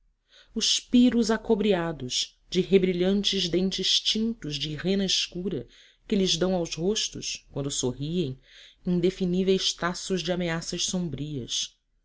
os piros acobreados de rebrilhantes dentes tintos de resina escura que lhes dão aos rostos quando sorriem indefiníveis traços de ameaças sombrias